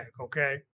Okay